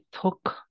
took